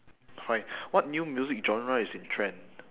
like what new music genre is in trend